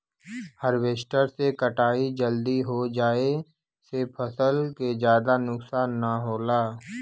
harvester से कटाई जल्दी हो जाये से फसल के जादा नुकसान न होला